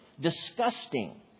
disgusting